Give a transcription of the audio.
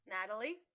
Natalie